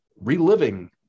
reliving